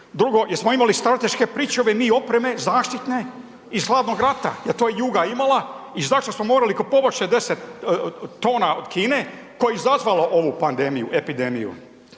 Drugo, jesmo imali strateške pričuve mi opreme zaštitne iz Hladnog rata? Je li to "Juga" imala i zašto smo morali kupovati 60 tona od Kine koja je izazvala ovu pandemiju, epidemiju?